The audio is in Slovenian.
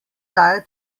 daje